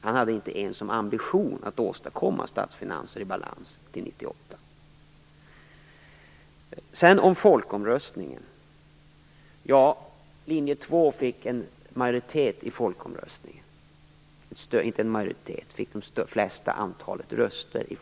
Han hade inte ens någon ambition att åstadkomma statsfinanser i balans till 1998.